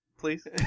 Please